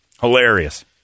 Hilarious